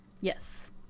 Yes